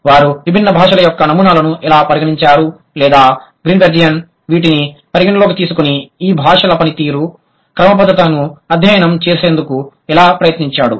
వారు విభిన్న భాషల యొక్క నమూనాలను ఎలా పరిగణించారు లేదా గ్రీన్బెర్గ్ వీటిని పరిగణిలోకి తీసుకొని ఈ భాషల పనితీరు క్రమబద్ధతను అధ్యయనం చేసేందుకు ఎలా ప్రయత్నించాడు